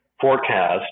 Forecast